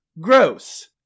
Gross